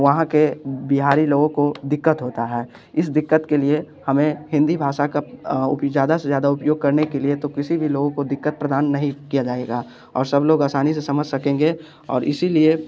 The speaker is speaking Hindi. वहाँ के बिहारी लोगों को दिक्कत होता है इस दिक्कत के लिए हमें हिंदी भाषा का ज़्यादा से ज़्यादा उपयोग करने के लिए तो किसी भी लोगों को दिक्कत प्रदान नहीं किया जाएगा और सब लोग असानी से समझ सकेंगे और इसीलिए